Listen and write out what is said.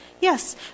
Yes